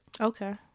okay